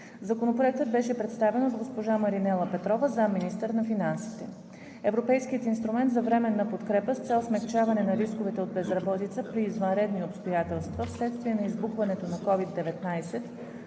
Законопроектът беше представен от госпожа Маринела Петрова – заместник-министър на финансите. Европейският инструмент за временна подкрепа с цел смекчаване на рисковете от безработица при извънредни обстоятелства (SURE), вследствие на избухването на COVID-19,